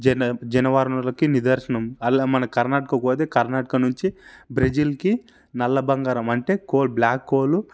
జన జల వనరులకి నిదర్శనం అలా మన కర్ణాటక పోతే కర్ణాటక నుంచి బ్రెజిల్కి నల్ల బంగారం అంటే కోల్ బ్లాక్ కోల్